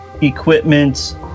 equipment